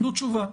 תנו תשובה.